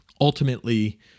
Ultimately